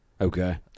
Okay